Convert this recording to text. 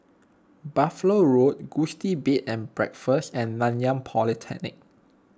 Buffalo Road Gusti Bed and Breakfast and Nanyang Polytechnic